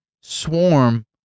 swarm